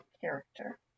character